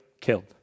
killed